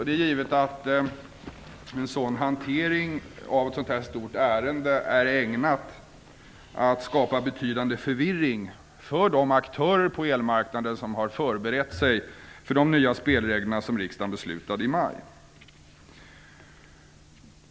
Det är givet att en sådan hantering av ett så här stort ärende är ägnat att skapa betydande förvirring hos de aktörer på elmarknaden som har förberett sig för de nya spelregler som riksdagen fattade beslut om i maj.